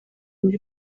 muri